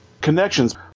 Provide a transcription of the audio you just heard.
Connections